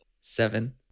seven